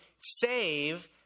save